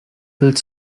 bild